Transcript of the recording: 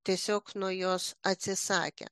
tiesiog nu jos atsisakė